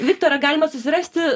viktorą galima susirasti